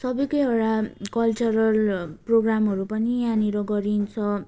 सबैको एउटा कल्चरल प्रोग्रामहरू पनि यहाँनिर गरिन्छ